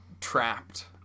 trapped